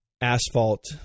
asphalt